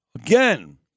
again